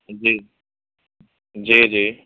جی جی جی